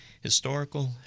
historical